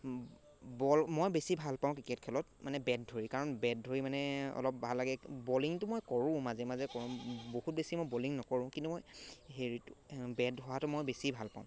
বল মই বেছি ভাল পাওঁ ক্ৰিকেট খেলত মানে বেট ধৰি কাৰণ বেট ধৰি মানে অলপ ভাল লাগে বলিংটো মই কৰোঁ মাজে মাজে কৰোঁ বহুত বেছি মই বলিং নকৰোঁ কিন্তু মই হেৰিটো বেট ধৰাটো মই বেছি ভাল পাওঁ